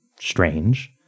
Strange